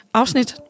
afsnit